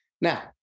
Now